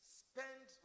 spend